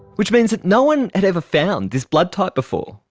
which means that no one had ever found this blood type before.